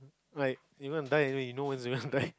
like even die anyway you know where's your guy